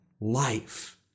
life